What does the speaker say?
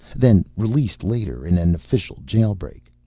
then released later in an official jail-break.